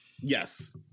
Yes